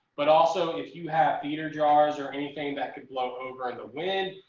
but also if you have heater jars or anything that could blow over the wind.